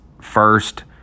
first